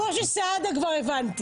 מילא, את משה סעדה כבר הבנתי.